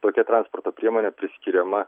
tokia transporto priemonė priskiriama